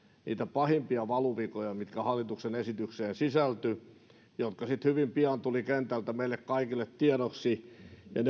niitä pahimpia valuvikoja mitkä hallituksen esitykseen sisältyivät mitkä sitten hyvin pian tulivat kentältä meille kaikille tiedoksi